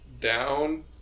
down